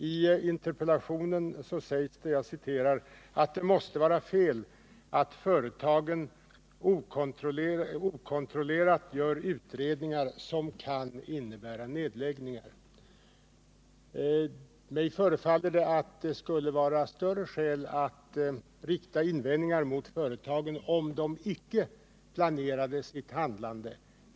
I interpellationen sägs att det måste vara fel att företagen okontrollerat gör utredningar som kan innebära nedläggningar. Mig förefaller det som om det skulle vara större skäl att rikta invändningar mot företagen om de icke planerar sitt handlande.